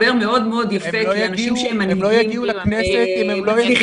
הם לא יגיעו לכנסת אם הם לא יהיו בלימודים.